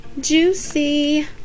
juicy